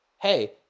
hey